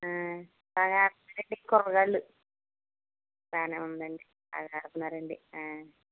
బాగా ఆడుతున్నారండి కుర్రగాళ్ళు బాగానే ఉందండి బాగా ఆడుతున్నారండి